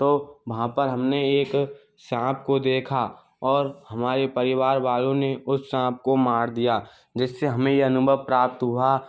तो वहाँ पर हमने एक सांप को देखा और हमारे परिवार वालों ने उस सांप को मार दिया जिससे हमें यह अनुभव प्राप्त हुआ